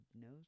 knows